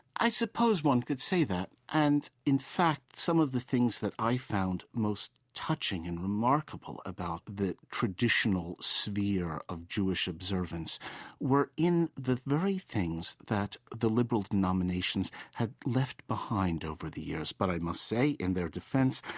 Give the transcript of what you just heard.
i suppose one could say that. and, in fact, some of the things that i found most touching and remarkable about the traditional sphere of jewish observance were in the very things that the liberal denominations had left behind over the years. but i must say, in their defense,